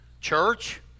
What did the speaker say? Church